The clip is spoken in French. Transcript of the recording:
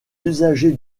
usagers